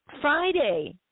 Friday